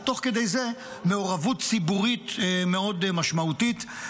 ותוך כדי זה מעורבות ציבורית משמעותית מאוד.